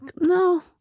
no